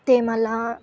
ते मला